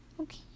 Okay